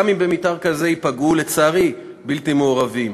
גם אם במתאר כזה ייפגעו, לצערי, בלתי מעורבים.